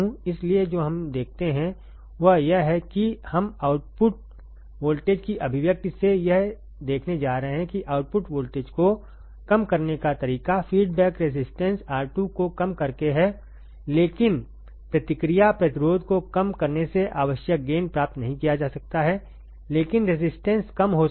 इसलिए जो हम देखते हैं वह यह है कि हम आउटपुट वोल्टेज की अभिव्यक्ति से यह देखने जा रहे हैं कि आउटपुट वोल्टेज को कम करने का एक तरीका फीडबैक रेसिस्टेन्सR2 कोकम करके है लेकिन प्रतिक्रिया प्रतिरोध को कम करने से आवश्यक गेन प्राप्त नहीं किया जा सकता है लेकिन रेसिस्टेन्स कम हो सकता है